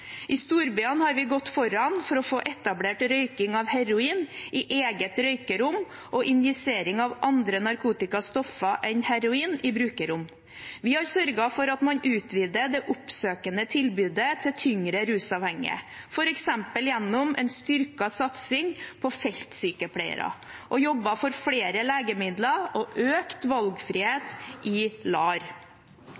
i LAR. I storbyene har vi gått foran for å få etablert røyking av heroin i eget røykerom og injisering av andre narkotiske stoffer enn heroin i brukerrom. Vi har sørget for at man utvider det oppsøkende tilbudet til personer med tyngre rusavhengighet, f.eks. gjennom en styrket satsing på feltsykepleiere, og jobbet for flere legemidler og økt